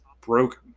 broken